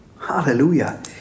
Hallelujah